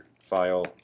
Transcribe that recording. file